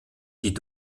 die